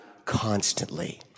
Constantly